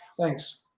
Thanks